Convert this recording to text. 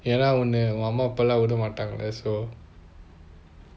என்ன உன்ன அம்மா அப்பாலாம் விட மாட்டாங்கல:yenna unna amma appalam vida maatangala so